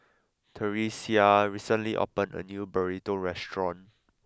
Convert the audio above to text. Theresia recently opened a new Burrito restaurant